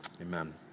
Amen